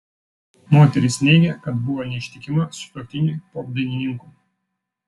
moteris neigė kad buvo neištikima sutuoktiniui popdainininkui